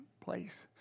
place